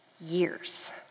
years